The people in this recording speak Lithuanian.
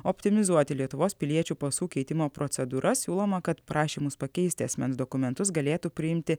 optimizuoti lietuvos piliečių pasų keitimo procedūras siūloma kad prašymus pakeisti asmens dokumentus galėtų priimti